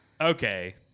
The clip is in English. okay